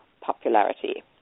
popularity